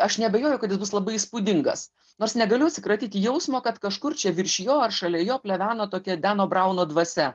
aš neabejoju kad jis bus labai įspūdingas nors negaliu atsikratyti jausmo kad kažkur čia virš jo ar šalia jo pleveno tokia deno brauno dvasia